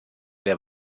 der